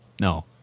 No